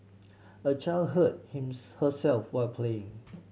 a child hurt him herself while playing